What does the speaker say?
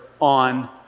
on